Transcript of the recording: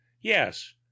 yes